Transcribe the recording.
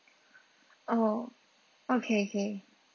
oh okay K